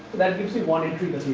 that keeps you one entry